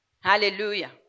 Hallelujah